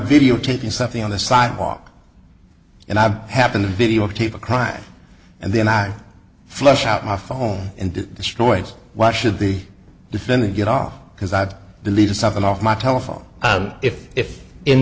videotaping something on the sidewalk and i happen to videotape a crime and then i flush out my phone and destroys why should the defendant get off because i believe something off my telephone if if in